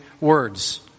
words